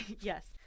Yes